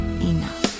enough